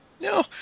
No